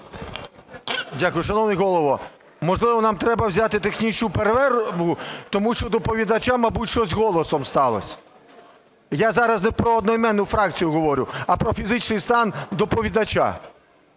Дякую. Шановний Голово, можливо, нам треба взяти технічну перерву, тому що у доповідача, мабуть, щось з голосом сталося. Я зараз не про однойменну фракцію говорю, а про фізичний стан доповідача.